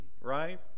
Right